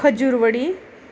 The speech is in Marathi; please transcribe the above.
खजुरवडी